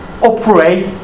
operate